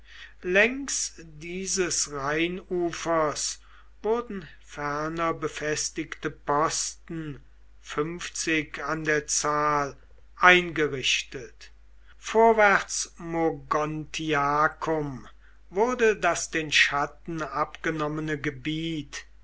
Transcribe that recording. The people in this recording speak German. längs dieses rheinufers wurden ferner befestigte posten fünfzig an der zahl eingerichtet vorwärts mogontiacum wurde das den chatten abgenommene gebiet